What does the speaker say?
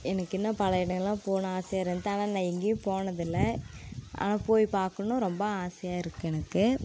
எனக்கு இன்னும் பல இடங்கள்லாம் போகணும் ஆசையாக இருந்துது ஆனால் நான் எங்கேயும் போனதில்லை ஆனால் போய் பார்க்கணும் ரொம்ப ஆசையாக இருக்குது எனக்கு